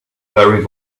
very